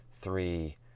three